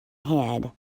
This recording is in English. head